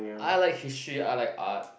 I like history I like art